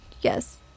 Yes